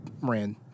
ran